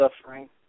suffering